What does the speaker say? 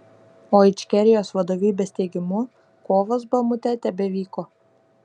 o ičkerijos vadovybės teigimu kovos bamute tebevyko